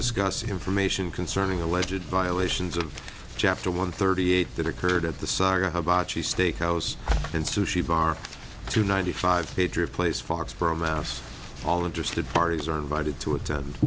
discuss information concerning a legit violations of chapter one thirty eight that occurred at the saga how bochy steak house and sushi bar two ninety five patriot place foxborough mass all interested parties are invited to attend